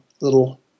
little